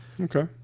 Okay